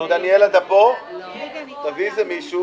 אני מספרת את זה רק לקרובים אליי אבא ואמא שלי,